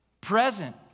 present